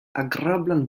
agrablan